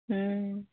हुँ